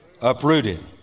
uprooted